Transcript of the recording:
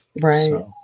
Right